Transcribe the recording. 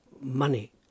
money